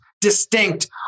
distinct